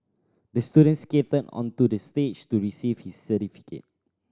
the student skated onto the stage to receive his certificate